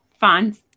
fonts